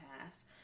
past